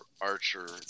Archer